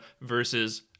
versus